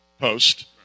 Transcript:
post